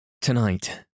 Tonight